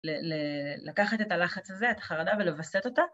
לקחת את הלחץ הזה, את החרדה, ולווסת אותה.